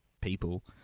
people